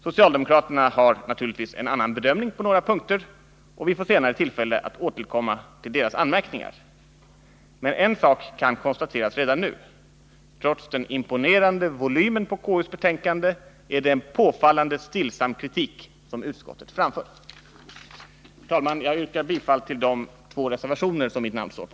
Socialdemokraterna har naturligtvis en annan bedömning på några punkter, och vi får senare tillfälle att återkomma till deras anmärkningar. Men en sak kan konstateras redan nu: trots den imponerande volymen på KU:s betänkande är det en påfallande stillsam kritik som utskottet framför. Herr talman! Jag yrkar bifall till de två reservationer som mitt namn står på.